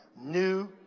new